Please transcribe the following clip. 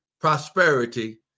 prosperity